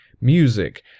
music